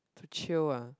to chill ah